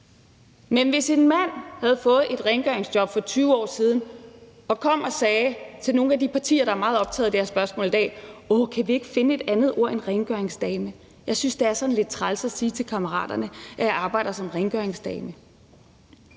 Men hvis en mand havde fået et rengøringsjob for 20 år siden og kom og sagde til nogle af de partier, der er meget optaget af det her spørgsmål i dag, om ikke vi kunne finde et andet ord end rengøringsdame, fordi vedkommende syntes, det var sådan lidt træls at sige til kammeraterne, at vedkommende arbejdede som rengøringsdame,